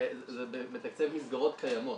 זה מתקצב מסגרות קיימות.